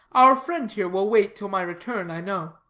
our friend here will wait till my return, i know.